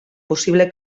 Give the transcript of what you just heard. possible